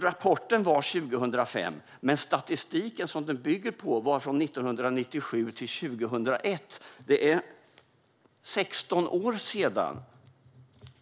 Rapporten är från 2005, men den statistik som den bygger på är från 1997-2001. Det är 16 år sedan, Morgan Johansson.